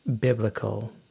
biblical